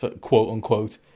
quote-unquote